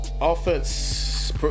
Offense